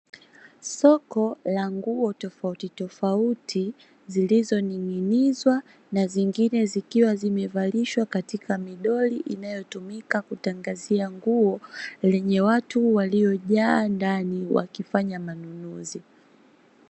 Soko la nguo tofautitofauti zilizoning'inizwa na zingine, zikiwa zimevalishwa katika midoli inayotumika kutangazia nguo lenye watu waliojaa ndani wakifanya manunuzi.